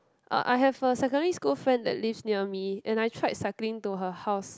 uh I have a secondary school friend that lives near me and I tried cycling to her house